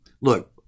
Look